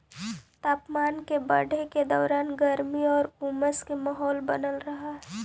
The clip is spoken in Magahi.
तापमान के बढ़े के दौरान गर्मी आउ उमस के माहौल बनल रहऽ हइ